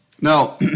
Now